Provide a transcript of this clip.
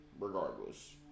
regardless